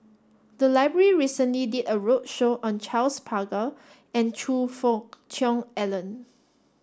the library recently did a roadshow on Charles Paglar and Choe Fook Cheong Alan